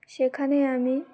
সেখানে আমি